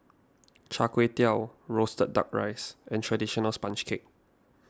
Char Kway Teow Roasted Duck Rice and Traditional Sponge Cake